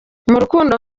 rukundo